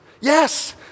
yes